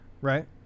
right